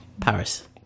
Paris